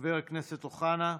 חבר הכנסת אוחנה,